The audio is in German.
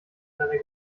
seiner